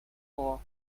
ore